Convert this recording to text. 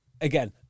again